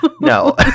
No